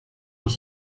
was